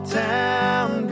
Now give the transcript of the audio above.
town